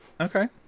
okay